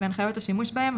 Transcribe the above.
והנחיות השימוש בהם,